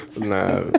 Nah